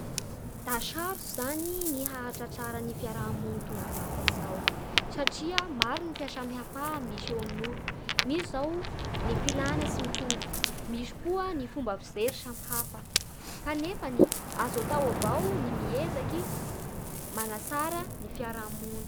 Da sarotsy zany ny hahatratra fiaraha-mony tonga lafatsy zao satria maron ny fahasamihafà misy eo amin'ny olo, misy zao ny filana tsy mitovy, misy koa ny fomba fijery samy hafa, kanefan y azo atao avao ny miezaky manatsara ny fiaraha-mony.